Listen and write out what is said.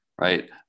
Right